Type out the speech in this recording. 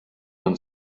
man